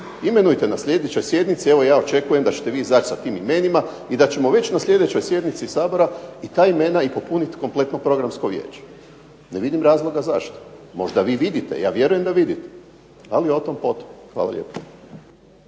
imenujte na sljedećoj sjednici. Evo ja očekujem da ćete vi izaći sa tim imenima i da ćemo već na sljedećoj sjednici Sabora i ta imena i popunit kompletno Programsko vijeće. Ne vidim razloga zašto. Možda vi vidite. Ja vjerujem da vidite, ali o tom, po tom. Hvala lijepa.